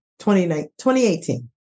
2018